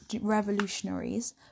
revolutionaries